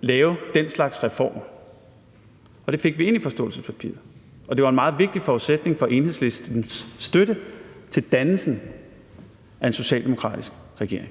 lave den slags reformer. Det fik vi ind i forståelsespapiret, og det var en meget vigtig forudsætning for Enhedslistens støtte til dannelsen af en socialdemokratisk regering.